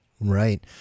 Right